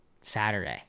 Saturday